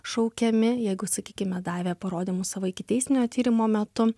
šaukiami jeigu sakykime davė parodymus savo ikiteisminio tyrimo metu